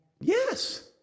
Yes